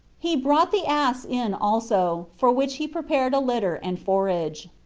he brought the ass in also, for which he prepared a litter and forage.